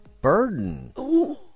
burden